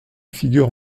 figure